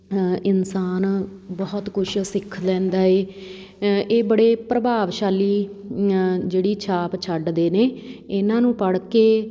ਇਨਸਾਨ ਬਹੁਤ ਕੁਛ ਸਿੱਖ ਲੈਂਦਾ ਹੈ ਇਹ ਬੜੇ ਪ੍ਰਭਾਵਸ਼ਾਲੀ ਜਿਹੜੀ ਛਾਪ ਛੱਡਦੇ ਨੇ ਇਹਨਾਂ ਨੂੰ ਪੜ੍ਹ ਕੇ